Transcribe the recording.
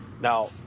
now